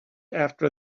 after